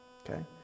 Okay